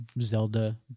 Zelda